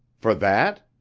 for that?